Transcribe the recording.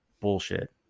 Bullshit